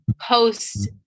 post